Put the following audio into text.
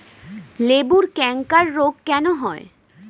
লেবুর ক্যাংকার রোগ কেন হয়?